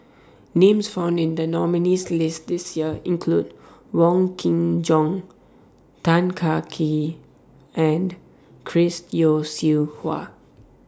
Names found in The nominees' list This Year include Wong Kin Jong Tan Kah Kee and Chris Yeo Siew Hua